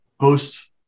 post